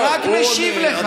אני רק משיב לך.